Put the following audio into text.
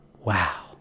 Wow